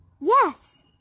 Yes